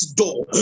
door